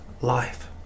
life